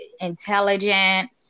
intelligent